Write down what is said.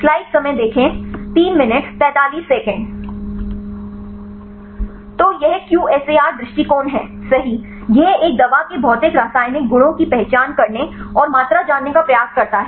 तो यह QSAR दृष्टिकोण है सही यह एक दवा के भौतिक रासायनिक गुणों की पहचान करने और मात्रा जानने का प्रयास करता है